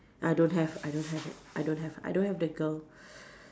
I don't have I don't have it I don't have I don't have the girl